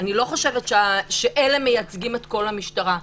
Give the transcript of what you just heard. אני לא חושבת שאלה מייצגים את כל המשטרה,